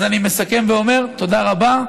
אז אני מסכם ואומר: תודה רבה.